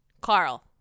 Carl